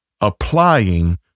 applying